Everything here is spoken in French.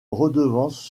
redevance